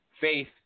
faith